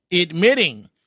admitting